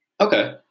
Okay